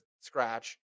scratch